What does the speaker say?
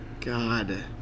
God